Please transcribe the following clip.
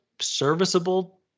serviceable